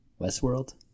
Westworld